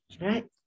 right